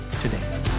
today